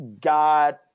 God